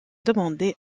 demandé